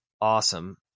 awesome